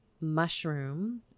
mushroom